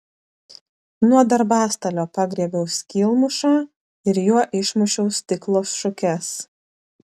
nuo darbastalio pagriebiau skylmušą ir juo išmušiau stiklo šukes